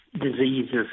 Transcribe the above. diseases